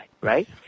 Right